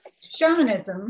shamanism